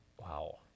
wow